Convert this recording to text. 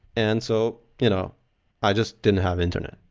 and so you know i just didn't have internet.